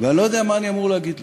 ואני לא יודע מה אני אמור להגיד לו.